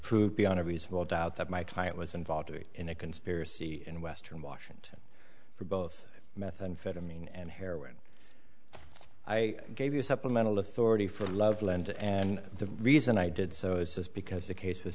proved beyond a reasonable doubt that my client was involved in a conspiracy in western washington for both methamphetamine and heroin i gave you supplemental authority for loveland and the reason i did so is just because the case w